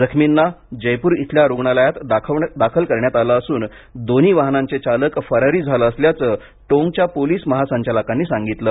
जखमींना जयपूर इथल्या रुग्णालयातमध्ये हलवण्यात आलं असून दोन्ही वाहनांचे चालक फरारी झाले असल्याचं टोंकच्या पोलिस महासंचालकांनी सांगितलं